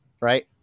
right